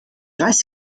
durch